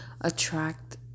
attract